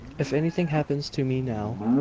if anything happens to me now,